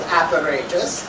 apparatus